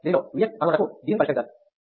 దీనిలో Vx కనుగొనుటకు దీనిని పరిష్కరించాలి